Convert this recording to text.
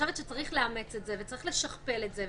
צריך לאמץ את זה וצריך לשכפל את זה.